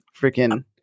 freaking